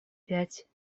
пять